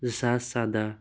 زٕ ساس سدہ